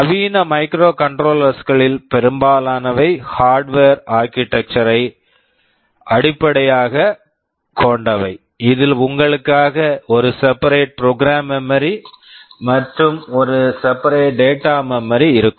நவீன microcontrollers microcontrollers களில் பெரும்பாலானவை ஹார்வர்ட் hardvard ஆர்க்கிடெக்சர் architecture ஐ அடிப்படையாகக் கொண்டவை இதில் உங்களுக்காக ஒரு separate program memory separate program memory மற்றும் ஒரு separate data memory separate data memory இருக்கும்